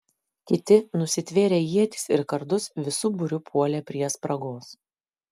kiti nusitvėrę ietis ir kardus visu būriu puolė prie spragos